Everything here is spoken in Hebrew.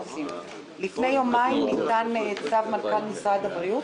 לפני יומיים ניתן צו מנכ"ל משרד הבריאות.